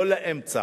לא לאמצע.